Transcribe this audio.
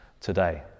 today